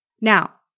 Now